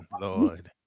Lord